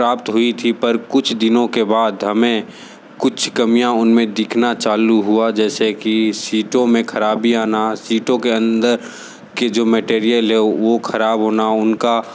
प्राप्त हुई थी पर कुछ दिनों के बाद हमें कुछ कमियाँ उनमे दिखना चालू हुआ जैसे की सीटों मे खराबी आना सीटों के अंदर के जो मटेरियल है वो खराब होना उनका